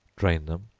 drain them,